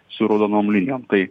su raudonom linijom tai